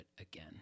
again